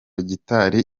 gitari